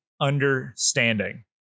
understanding